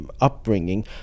upbringing